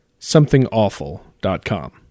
somethingawful.com